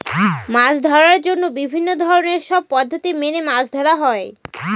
মাছ ধরার জন্য বিভিন্ন ধরনের সব পদ্ধতি মেনে মাছ ধরা হয়